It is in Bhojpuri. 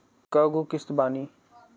कय गो किस्त बानी?